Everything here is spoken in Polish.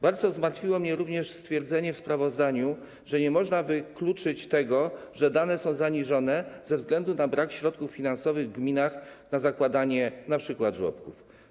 Bardzo zmartwiło mnie również stwierdzenie w sprawozdaniu, że nie można wykluczyć tego, że dane są zaniżone ze względu na brak środków finansowych w gminach, np. na zakładanie żłobków.